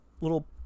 little